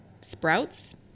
sprouts